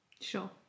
Sure